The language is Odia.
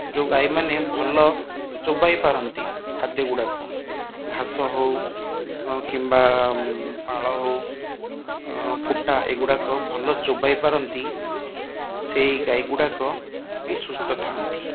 ଯେଉଁ ଗାଈମାନେ ଭଲ ଚୋବାଇ ପାରନ୍ତି ଖାଦ୍ୟ ଗୁଡ଼ାକୁ ଘାସ ହଉ କିମ୍ବା ପାଳ ହଉ କୁଟା ଏଗୁଡ଼ାକ ଭଲ ଚୋବାଇ ପାରନ୍ତି ସେଇ ଗାଈ ଗୁଡ଼ାକ ବି ସୁସ୍ଥ ଥାଆନ୍ତି